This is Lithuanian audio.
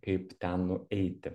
kaip ten nueiti